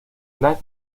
live